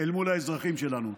אל מול האזרחים שלנו.